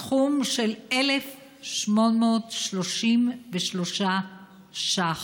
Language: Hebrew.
סכום של 1,833 ש"ח.